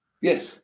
Yes